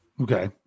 Okay